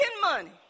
money